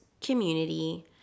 community